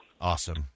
Awesome